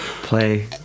Play